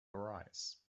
arise